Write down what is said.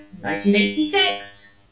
1986